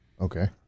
Okay